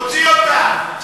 תוציא אותה.